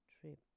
trip